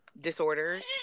disorders